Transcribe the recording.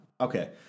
Okay